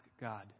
God